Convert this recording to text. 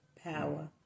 power